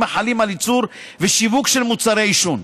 החלים על ייצור ושיווק של מוצרי עישון.